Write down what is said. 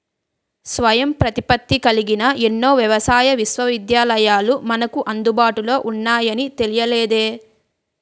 స్వయం ప్రతిపత్తి కలిగిన ఎన్నో వ్యవసాయ విశ్వవిద్యాలయాలు మనకు అందుబాటులో ఉన్నాయని తెలియలేదే